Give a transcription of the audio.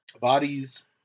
Bodies